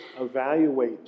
evaluate